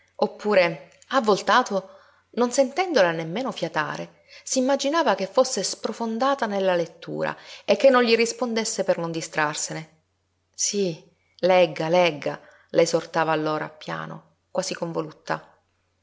oppure ha voltato non sentendola nemmeno fiatare s'immaginava che fosse sprofondata nella lettura e che non gli rispondesse per non distrarsene sí legga legga la esortava allora piano quasi con voluttà